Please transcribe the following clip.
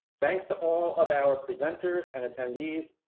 thanks to all of our presenters and attendees.